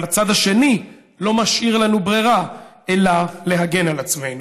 אבל הצד השני לא משאיר לנו ברירה אלא להגן על עצמנו.